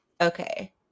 Okay